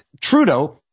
Trudeau